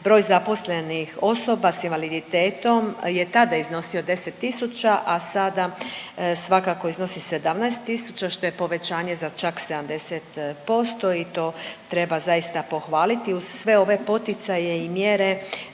broj zaposlenih osoba s invaliditetom je tada iznosio 10 tisuća, a sada svakako iznosi 17 tisuća što je povećanje za čak 70% i to treba zaista pohvaliti uz sve ove poticaje i mjere